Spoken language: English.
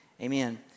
Amen